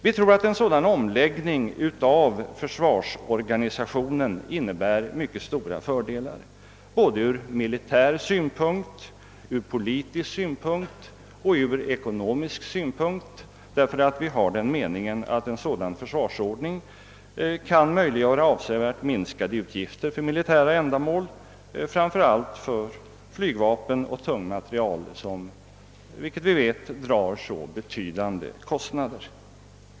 Vi tror att en sådan omläggning av försvarsorganisationen innebär mycket stora fördelar ur både militär, politisk och ekonomisk synpunkt, det senare därför att en försvarsordning av detta slag kan möjliggöra avsevärt minskade utgifter till militära ändamål, framför allt för flygvapen och tung materiel, som ju drar så betydande kostnader.